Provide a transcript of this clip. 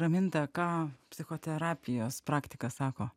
raminta ką psichoterapijos praktika sako